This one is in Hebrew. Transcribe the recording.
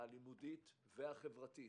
הלימודית והחברתית,